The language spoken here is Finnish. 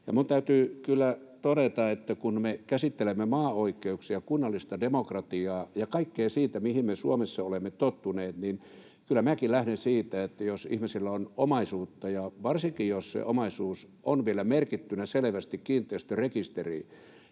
Minun täytyy kyllä todeta, että kun me käsittelemme maaoikeuksia, kunnallista demokratiaa ja kaikkea sitä, mihin me Suomessa olemme tottuneet, niin kyllä minäkin lähden siitä, että jos ihmisillä on omaisuutta ja varsinkin jos se omaisuus on vielä merkittynä selvästi kiinteistörekisteriin,